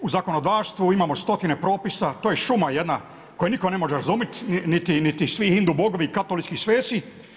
U zakonodavstvu imamo stotine propisa, to je šuma jedna koju nitko ne može razumjeti, niti svi hindu bogovi i katolički sveci.